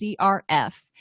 CRF